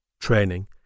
Training